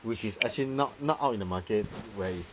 which is actually not not out in the markets where is